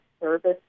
service